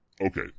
Okay